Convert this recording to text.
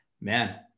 man